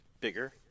bigger